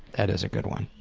that is a good one.